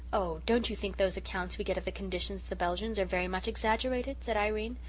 oh, don't you think those accounts we get of the conditions of the belgians are very much exaggerated? said irene.